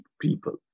people